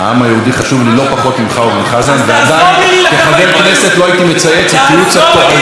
אחרת ההורים שלך היו מתביישים בך.